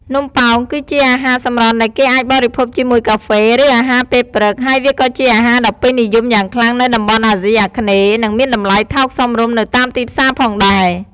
នំប៉ោងគឺជាអាហារសម្រន់ដែលគេអាចបរិភោគជាមួយកាហ្វេ ឬអាហារពេលព្រឹក ហើយវាក៏ជាអាហារដ៏ពេញនិយមយ៉ាងខ្លាំងនៅតំបន់អាស៊ីអាគ្នេយ៍ និងមានតម្លៃថោកសមរម្យនៅតាមទីផ្សារផងដែរ។